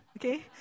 Okay